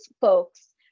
folks